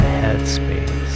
headspace